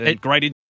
Great